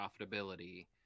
profitability